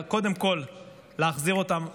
קודם כול בשביל להחזיר אותם הביתה,